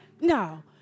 no